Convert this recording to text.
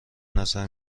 نظر